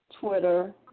Twitter